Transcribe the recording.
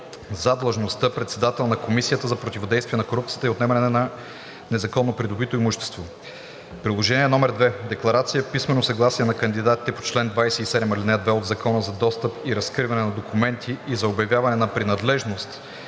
за длъжността председател на Комисията за противодействие на корупцията и за отнемане на незаконно придобитото имущество; Приложение № 2 – Декларация- писмено съгласие на кандидата по чл. 27, ал. 2 от Закона за достъп и разкриване на документите и за обявяване на принадлежност